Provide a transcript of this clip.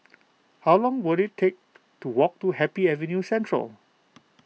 how long will it take to walk to Happy Avenue Central